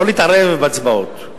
לא להתערב בהצבעות.